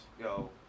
Yo